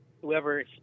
whoever